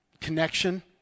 connection